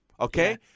Okay